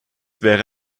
wäre